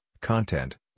content